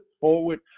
forward